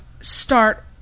start